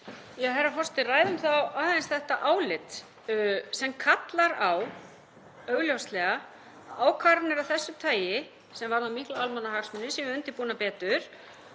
Herra forseti. Ræðum þá aðeins þetta álit sem kallar á, augljóslega, að ákvarðanir af þessu tagi sem varða mikla almannahagsmuni séu undirbúnar betur